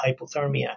hypothermia